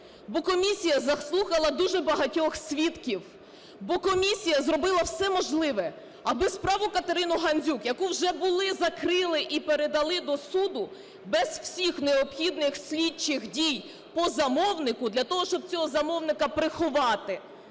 Бо комісія заслухала дуже багатьох свідків. Бо комісія зробила все можливе, аби справу Катерини Гандзюк, яку вже були закрили і передали до суду без всіх необхідних слідчих дій по замовнику для того, щоб цього замовника приховати...